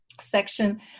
section